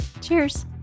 Cheers